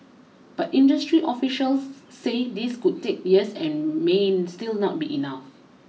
but industry officials say this could take years and may still not be enough